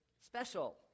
special